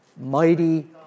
mighty